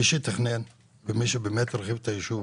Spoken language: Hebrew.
מי שתכנן ומי שבאמת הרחיב את היישוב,